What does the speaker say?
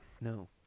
No